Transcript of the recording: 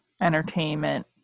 entertainment